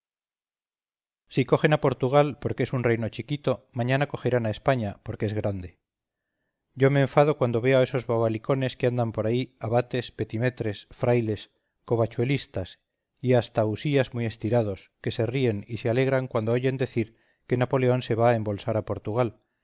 si cogen a portugal porque es un reino chiquito mañana cogerán a españa porque es grande yo me enfado cuando veo a esos bobalicones que andan por ahí abates petimetres frailes covachuelistas y hasta usías muy estirados que se ríen y se alegran cuando oyen decir que napoleón se va a embolsar a portugal